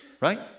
right